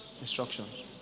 Instructions